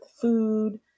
food